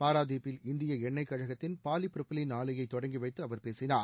பாராதீப்பில் இந்திய எண்ணெய் கழகத்தின் பாலிபரப்பிலின் ஆலையை தொடங்கிவைத்து அவர் பேசினார்